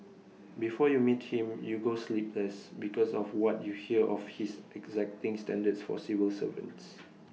before you meet him you go sleepless because of what you hear of his exacting standards for civil servants